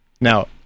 Now